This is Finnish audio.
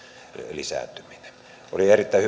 lisääntyminen oli erittäin